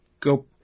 go